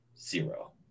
zero